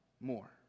more